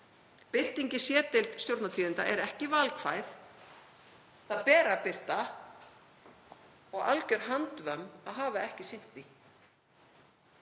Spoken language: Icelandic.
Birting í C-deild Stjórnartíðinda er ekki valkvæð. Það ber að birta og alger handvömm að hafa ekki sinnt því.